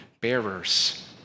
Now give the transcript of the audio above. bearers